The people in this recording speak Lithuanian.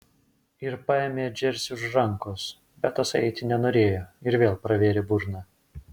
ir paėmė džersį už rankos bet tasai eiti nenorėjo ir vėl pravėrė burną